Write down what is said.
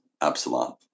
Absalom